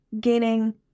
gaining